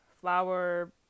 flour